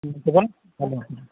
খেয়ে দেখতে পারেন ভালো হবে